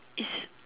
is